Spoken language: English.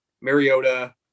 Mariota